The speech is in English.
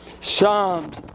Psalms